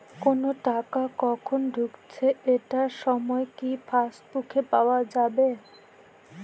কোনো টাকা কখন ঢুকেছে এটার সময় কি পাসবুকে পাওয়া যাবে?